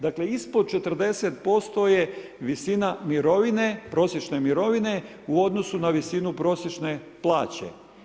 Dakle ispod 40% je visina mirovine, prosječne mirovine u odnosu na visinu prosječne plaće.